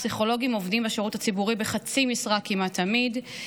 פסיכולוגים עובדים בשירות הציבורי בחצי משרה כמעט תמיד,